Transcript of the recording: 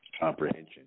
comprehension